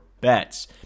bets